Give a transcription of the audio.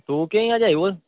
તું કહે ત્યાં જઈએ બોલ